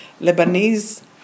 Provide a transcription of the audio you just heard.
Lebanese